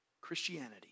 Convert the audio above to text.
Christianity